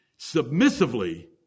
submissively